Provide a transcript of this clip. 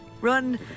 run